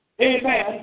Amen